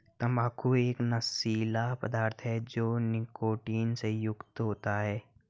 तंबाकू एक नशीला पदार्थ है जो निकोटीन से युक्त होता है